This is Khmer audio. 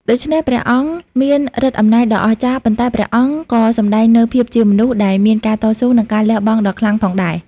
ដូច្នេះ ព្រះអង្គមានឫទ្ធិអំណាចដ៏អស្ចារ្យ ប៉ុន្តែព្រះអង្គក៏សម្ដែងនូវភាពជាមនុស្សដែលមានការតស៊ូ និងការលះបង់ដ៏ខ្លាំងផងដែរ ។